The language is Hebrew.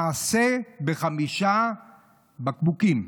מעשה בחמישה בקבוקים,